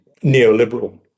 neoliberal